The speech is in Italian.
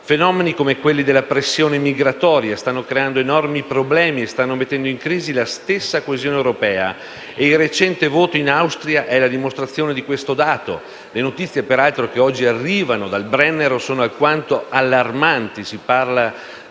Fenomeni come quelli della pressione migratoria stanno creando enormi problemi e stanno mettendo in crisi la stessa coesione europea e il recente voto in Austria è la dimostrazione di questo dato. Le notizie che, peraltro, oggi arrivano dal Brennero sono alquanto allarmanti: